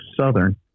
Southern